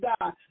God